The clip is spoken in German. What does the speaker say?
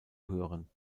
hören